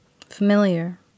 familiar